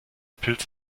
pilz